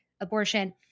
abortion